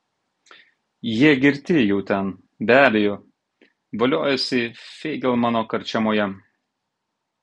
jie girti jau ten be abejo voliojasi feigelmano karčiamoje